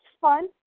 fun